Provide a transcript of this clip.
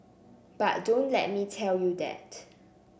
but don't let me tell you that